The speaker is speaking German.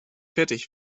fertig